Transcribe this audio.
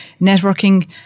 networking